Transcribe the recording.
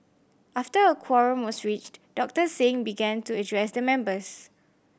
after a quorum was reached Doctor Singh began to address the members